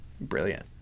brilliant